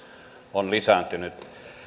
on lisääntynyt